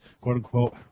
quote-unquote